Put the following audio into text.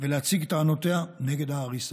ולהציג טענותיה נגד ההריסה.